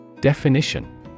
Definition